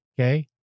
Okay